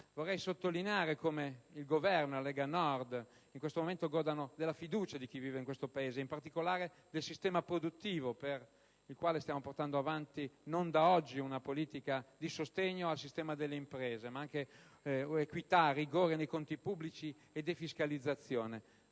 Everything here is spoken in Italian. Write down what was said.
Vorrei sottolineare come il Governo e la Lega Nord in questo momento godano della fiducia di chi vive in questo Paese, in particolare del sistema produttivo, per il quale stiamo portando avanti, e non da oggi, una politica di sostegno al sistema delle imprese, ma anche equità e rigore nei conti pubblici e defiscalizzazione.